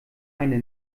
eine